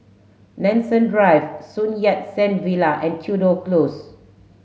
Nanson Drive Sun Yat Sen Villa and Tudor Close